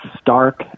stark